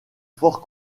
forts